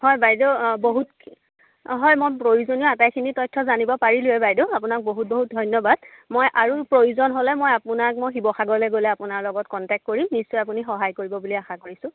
হয় বাইদ' বহুত অ' হয় মই প্ৰয়োজনীয় আটাইখিনি তথ্য জানিব পাৰিলোৱেই বাই'দ আপোনাক বহুত বহুত ধন্যবাদ মই আৰু প্ৰয়োজন হ'লে মই আপোনাক মই শিৱসাগৰলৈ গ'লে মই আপোনাৰ লগত কণ্টেক্ট কৰিম নিশ্চয় আপুনি সহায় কৰিব বুলি আশা কৰিছোঁ